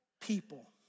people